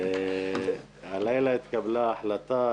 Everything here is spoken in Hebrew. הלילה התקבלה החלטה,